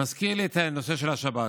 מזכיר לי את הנושא של השבת.